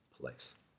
place